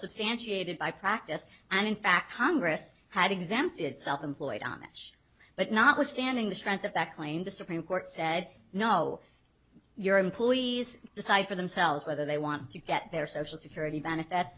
substantiated by practice and in fact congress had exempted self employed amish but notwithstanding the strength of that claim the supreme court said no your employees decide for themselves whether they want to get their social security benefits